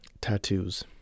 tattoos